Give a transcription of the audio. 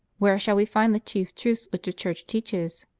where shall we find the chief truths which the church teaches?